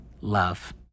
love